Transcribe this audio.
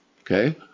Okay